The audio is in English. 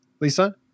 Lisa